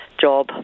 job